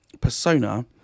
persona